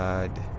god.